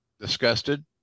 disgusted